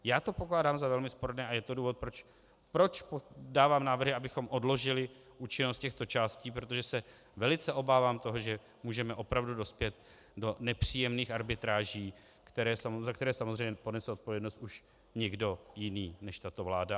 Já to pokládám za velmi sporné a je to důvod, proč dávám návrhy, abychom odložili účinnost těchto částí, protože se velice obávám toho, že můžeme opravdu dospět do nepříjemných arbitráží, za které samozřejmě ponese odpovědnost už někdo jiný než tato vláda.